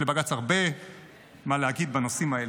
יש לבג"ץ הרבה מה להגיד בנושאים האלה.